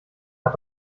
hat